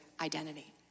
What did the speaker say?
identity